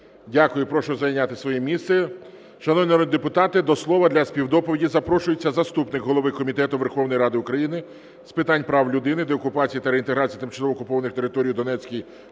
Дякую. Прошу зайняти своє місце. Шановні народні депутати, до слова для співдоповіді запрошується заступник голови Комітету Верховної Ради України з питань прав людини, деокупації та реінтеграції тимчасово окупованих територій у Донецькій,